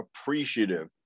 appreciative